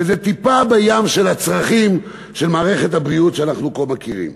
וזה טיפה בים הצרכים של מערכת הבריאות שאנחנו כה מכירים.